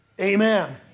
Amen